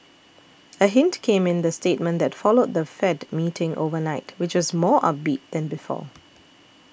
a hint came in the statement that followed the Fed meeting overnight which was more upbeat than before